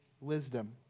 wisdom